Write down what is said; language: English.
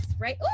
right